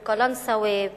בקלנסואה,